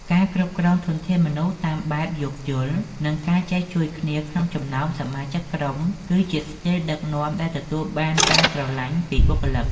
ការគ្រប់គ្រងធនធានមនុស្សតាមបែបយោគយល់ និងការចេះជួយគ្នាក្នុងចំណោមសមាជិកក្រុម គឺជាស្ទីលដឹកនាំដែលទទួលបានការស្រឡាញ់ពីបុគ្គលិក។